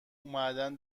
اومدن